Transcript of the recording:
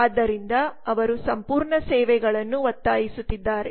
ಆದ್ದರಿಂದ ಅವರು ಸಂಪೂರ್ಣ ಸೇವೆಗಳನ್ನು ಒತ್ತಾಯಿಸುತ್ತಿದ್ದಾರೆ